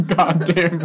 goddamn